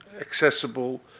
accessible